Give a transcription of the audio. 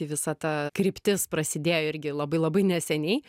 visa ta kryptis prasidėjo irgi labai labai neseniai